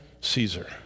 Caesar